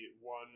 one